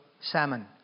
Salmon